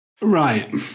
Right